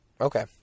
Okay